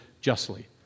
justly